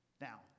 Now